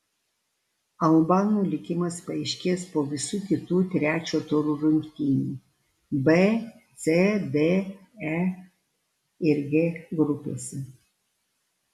albanų likimas paaiškės po visų kitų trečio turo rungtynių b c d e ir g grupėse